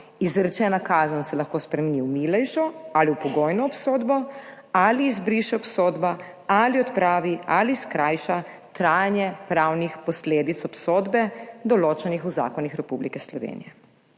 Izrečena kazen se lahko spremeni v milejšo ali v pogojno obsodbo, ali izbriše obsodba ali odpravi ali skrajša trajanje pravnih posledic obsodbe določenih v zakonih Republike Slovenije.